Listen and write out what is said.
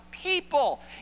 People